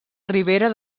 ribera